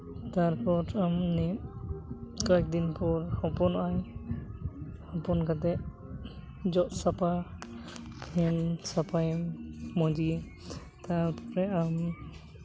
ᱛᱟᱨᱯᱚᱨ ᱩᱱᱤ ᱠᱚᱭᱮᱠᱫᱤᱱ ᱯᱚᱨ ᱦᱚᱯᱚᱱᱚᱜ ᱟᱭ ᱦᱚᱯᱚᱱ ᱠᱟᱛᱮᱫ ᱡᱚᱫ ᱥᱟᱯᱷᱟ ᱦᱮᱢ ᱥᱟᱯᱷᱟᱭᱮᱢ ᱢᱚᱡᱽᱜᱮ ᱛᱟᱨᱯᱚᱨᱮ ᱟᱢ